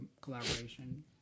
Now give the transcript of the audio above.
collaboration